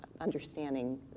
understanding